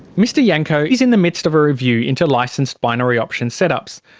mr yanco is in the midst of a review into licensed binary option setups.